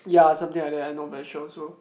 ya something like that I not very sure also